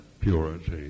purity